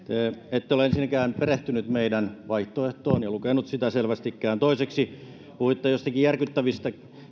ette ole ensinnäkään perehtynyt meidän vaihtoehtoomme ettekä selvästikään lukenut sitä toiseksi puhuitte joistakin järkyttävistä